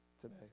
today